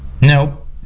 Nope